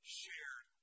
shared